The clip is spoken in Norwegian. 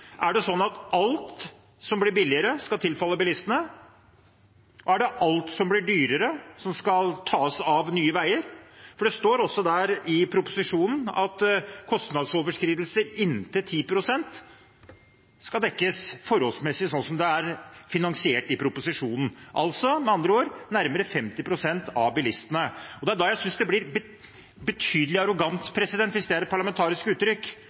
Er det sånn at hvis det blir billigere, skal alt tilfalle bilistene? Og skal alt som blir dyrere, tas av Nye Veier? Det står i proposisjonen at kostnadsoverskridelser inntil 10 pst. skal dekkes forholdsmessig. Slik er det finansiert i proposisjonen – med andre ord nærmere 50 pst. av bilistene. Da synes jeg det blir betydelig arrogant, hvis det er et parlamentarisk uttrykk,